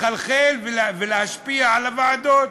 לחלחל ולהשפיע על הוועדות.